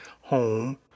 home